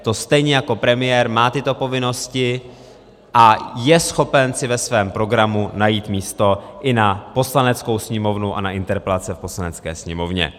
To stejně jako premiér má tyto povinnosti a je schopen si ve svém programu najít místo i na Poslaneckou sněmovnu a na interpelace v Poslanecké sněmovně.